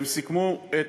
הם סיכמו את